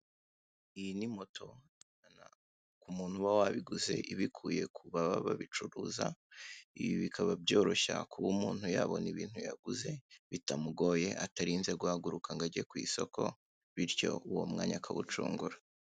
Iyi ni moto ibijyana ku muntu uba wabiguze ibikuye ku baba babicuruza, ibi bikaba byoroshya kuba umuntu yabona ibyo yaguze bitamugoye atarinze guhaguruka ngo ajye ku isoko, bityo uwo mwanya akawucungura.